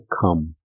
come